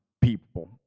people